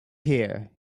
here